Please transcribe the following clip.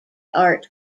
art